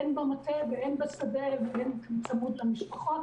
הן במטה והן בשדה והן צמוד למשפחות